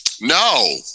No